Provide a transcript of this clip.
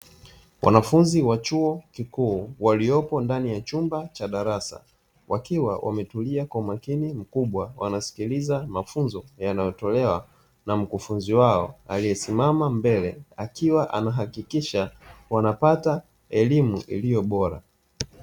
Wanafunzi wa chuo kikuu waliopo ndani ya chumba cha darasa wakiwa wametulia kwa makini mkubwa, wanasikiliza mafunzo yanayotolewa na mkufunzi wao aliyesimama mbele akiwa anahakikisha wanapata elimu iliyo bora.